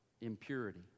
impurity